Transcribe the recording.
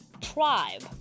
tribe